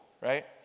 right